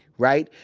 right,